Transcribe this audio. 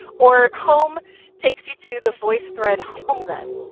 or home takes you to the voicethread home then.